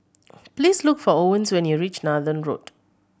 please look for Owens when you reach Nathan Road